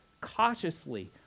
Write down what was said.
cautiously